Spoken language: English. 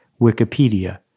Wikipedia